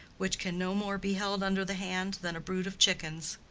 which can no more be held under the hand than a brood of chickens.